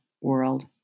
world